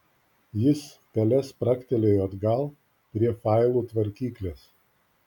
jis pele spragtelėjo atgal prie failų tvarkyklės